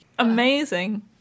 Amazing